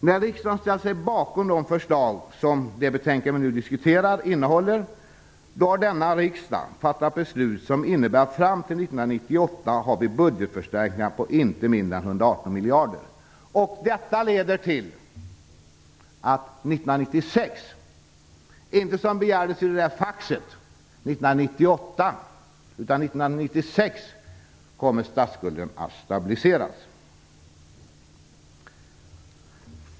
När riksdagen ställt sig bakom de förslag som det betänkande vi nu diskuterar innehåller har denna riksdag fattat beslut som innebär att fram till 1998 har vi budgetförstärkningar på inte mindre än 118 miljarder. Detta leder till att 1996, inte som begärdes i det där faxet, 1998, utan 1996 kommer statsskulden att stabiliseras.